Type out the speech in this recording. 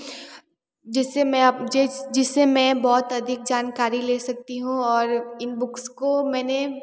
जिससे मैं आप जिससे मै बहुत अधिक जनकारी ले सकती हूँ और इन बुक्स को मैंने